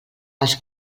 els